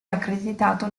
accreditato